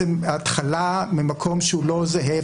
התחלה ממקום שהוא לא זהה,